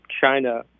China